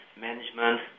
management